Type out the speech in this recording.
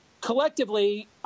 collectively